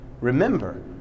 Remember